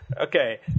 Okay